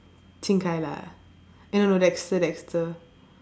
Qing Kai lah eh no no Dexter Dexter